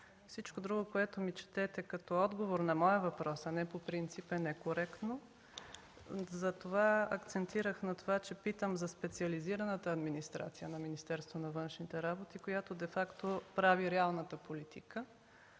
Всичко друго, което ми четете като отговор на моя въпрос, а не по принцип, е некоректно. Акцентирах на това, че питам за специализираната администрация на Министерство на външните работи, която де факто прави реалната политика.